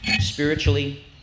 spiritually